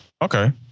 Okay